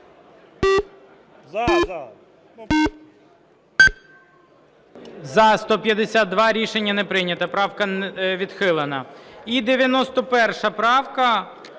За-152 Рішення не прийнято. Правка відхилена. І 91 правка,